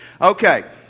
Okay